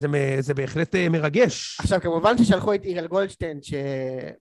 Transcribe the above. זה בהחלט מרגש. עכשיו כמובן ששלחו את איראל גולדשטיין ש...